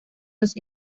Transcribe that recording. los